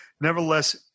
Nevertheless